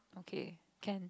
okay can